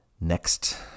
next